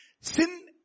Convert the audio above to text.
Sin